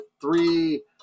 three